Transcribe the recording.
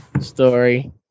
story